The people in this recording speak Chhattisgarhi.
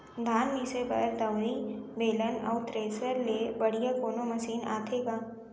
धान मिसे बर दंवरि, बेलन अऊ थ्रेसर ले बढ़िया कोनो मशीन आथे का?